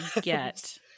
get